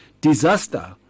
disaster